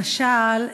למשל,